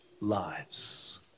lives